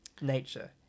nature